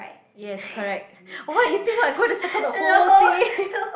yes correct what you think what going to circle the whole thing